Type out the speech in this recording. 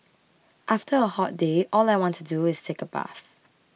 after a hot day all I want to do is take a bath